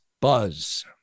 buzz